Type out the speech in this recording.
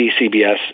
CBS